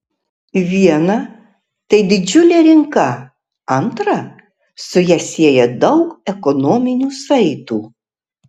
viena tai didžiulė rinka antra su ja sieja daug ekonominių saitų